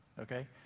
okay